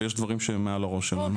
ויש דברים שהם מעל הראש שלנו.